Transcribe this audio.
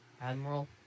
Admiral